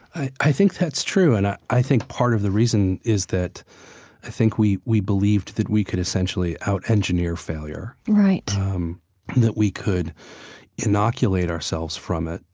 i think that's true. and i i think part of the reason is that i think we we believed that we could essentially out engineer failure right um that we could inoculate ourselves from it.